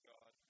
God